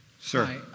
Sir